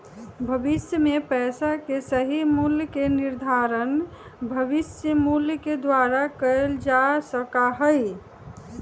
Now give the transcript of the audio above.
भविष्य में पैसा के सही मूल्य के निर्धारण भविष्य मूल्य के द्वारा कइल जा सका हई